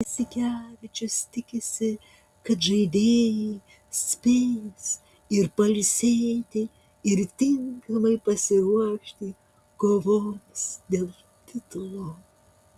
jasikevičius tikisi kad žaidėjai spės ir pailsėti ir tinkamai pasiruošti kovoms dėl titulo